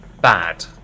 bad